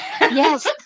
Yes